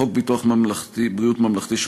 חוק ביטוח בריאות ממלכתי,